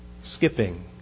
skipping